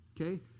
okay